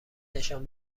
نشان